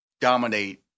dominate